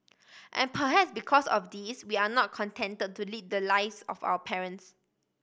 and perhaps because of this we are not contented to lead the lives of our parents